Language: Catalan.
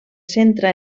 centra